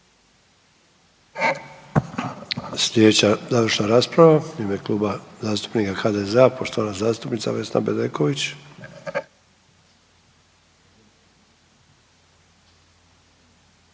Sljedeća završna rasprava u ime Kluba zastupnika HDZ-a poštovana zastupnica Vesna Bedeković.